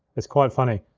it's quite funny.